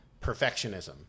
perfectionism